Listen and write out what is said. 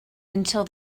until